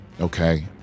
okay